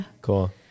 Cool